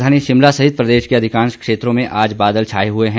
राजधानी शिमला सहित प्रदेश के अधिकांश क्षेत्रों में आज बादल छाए हए हैं